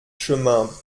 chemin